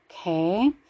Okay